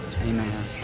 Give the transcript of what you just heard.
Amen